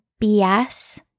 BS